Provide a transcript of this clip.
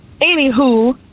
Anywho